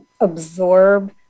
absorb